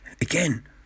Again